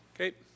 Okay